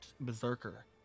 berserker